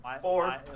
four